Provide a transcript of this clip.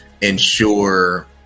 ensure